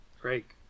Great